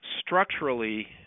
structurally